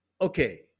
Okay